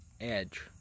Edge